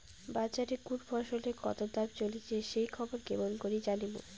বাজারে কুন ফসলের কতো দাম চলেসে সেই খবর কেমন করি জানীমু?